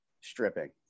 stripping